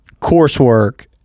coursework